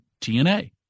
TNA